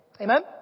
Amen